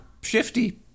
shifty